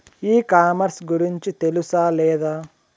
ఈ కామర్స్ గురించి తెలుసా లేదా?